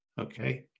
Okay